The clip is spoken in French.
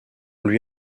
lui